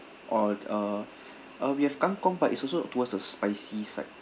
or uh uh we have kangkong but is also towards the spicy side